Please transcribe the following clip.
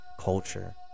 culture